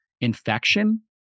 infection